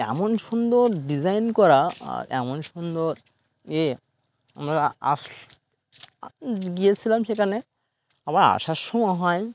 এমন সুন্দর ডিজাইন করা আর এমন সুন্দর ইয়ে আমরা আস গিয়েছিলাম সেখানে আবার আসার সময় হয়